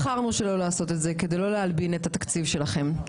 בחרנו שלא לעשות את זה כדי לא להלבין את התקציב שלכם.